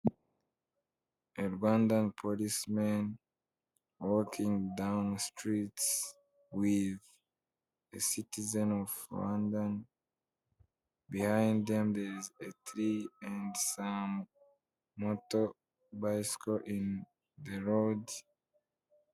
Rwandani porisi meni, wokingi dawuni situritisi wizi sitizeni ofu rwandani, bihayindi demu derizi eturi andi samu moto bayisiko ini de rodi.